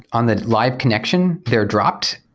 on the live connection, they're dropped.